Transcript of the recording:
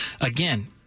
again